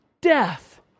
death